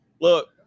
look